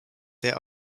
there